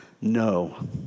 No